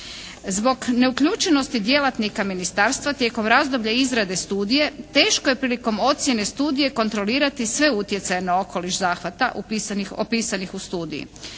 Zbog neuključenosti djelatnika ministarstva tijekom razdoblja izrade studije teško je prilikom ocjene studije kontrolirati sve utjecaje na okoliš zahvata opisanih u studiji.